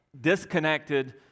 disconnected